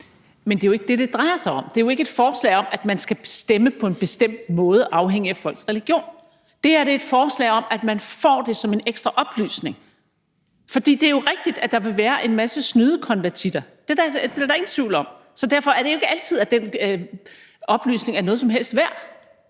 Men det er jo ikke det, det drejer sig om. Det er jo ikke et forslag om, at man skal stemme på en bestemt måde afhængigt af folks religion. Det her er et forslag om, at man får det som en ekstra oplysning. For det er jo rigtigt, at der vil være en masse snydekonvertitter. Det er der da ingen tvivl om, så derfor er det jo ikke altid, at den oplysning er noget som helst værd.